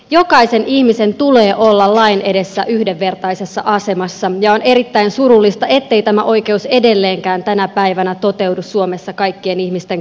jokaisen ihmisen tulee olla lain edessä yhdenvertaisessa asemassa ja on erittäin surullista ettei tämä oikeus edelleenkään tänä päivänä toteudu suomessa kaikkien ihmisten kohdalla